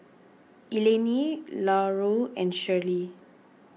Eleni Larue and Shirlee